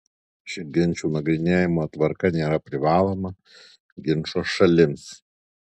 ši ginčų nagrinėjimo tvarka nėra privaloma ginčo šalims